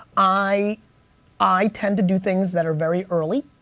i i tend to do things that are very early.